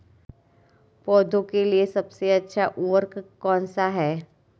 पौधों के लिए सबसे अच्छा उर्वरक कौनसा हैं?